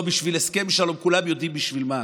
לא בשביל הסכם שלום, כולם יודעים בשביל מה.